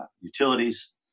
utilities